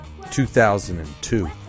2002